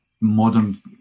modern